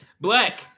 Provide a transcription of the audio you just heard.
Black